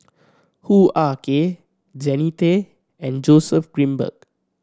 Hoo Ah Kay Jannie Tay and Joseph Grimberg